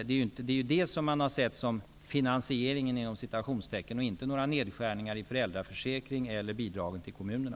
Det är detta som man sett som ''finansieringen'', och inte några nedskärningar i föräldraförsäkringen eller i bidragen till kommunerna.